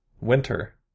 winter